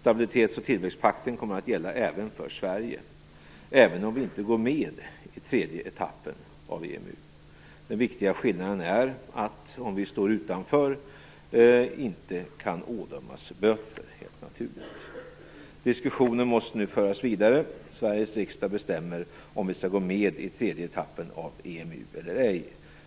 Stabilitets och tillväxtpakten kommer att gälla för Sverige, även om vi inte går med i tredje etappen av EMU. Den viktiga skillnaden är att vi - om vi står utanför - inte kan ådömas böter. Diskussionen måste nu föras vidare. Sveriges riksdag bestämmer om vi skall gå med i tredje etappen av EMU eller ej.